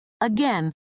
Again